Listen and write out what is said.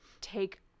take